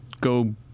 go